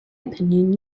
opinion